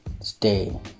stay